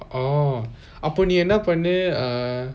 oh அப்பொ நீ என்ன பன்ன:appo nee enna panna